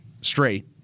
straight